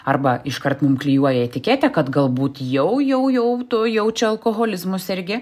arba iškart mum klijuoja etiketę kad galbūt jau jau jau tu jau čia alkoholizmu sergi